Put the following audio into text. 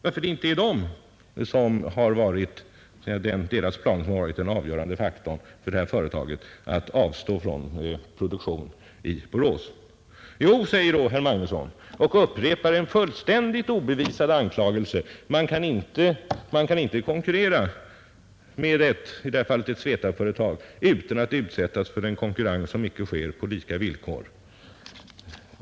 Varför är det inte deras planer som varit den avgörande faktorn för företaget att avstå från produktion i Borås? Jo, säger herr Magnusson och upprepar en fullständigt obevisad anklagelse: Man kan inte konkurrera med ett i detta fall Svetab-företag utan att utsättas för en konkurrens som icke sker på lika villkor.